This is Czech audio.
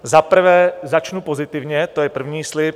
Za prvé začnu pozitivně, to je první slib.